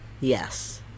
Yes